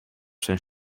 zijn